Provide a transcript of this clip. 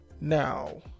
Now